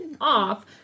off